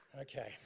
Okay